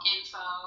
Info